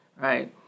right